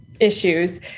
issues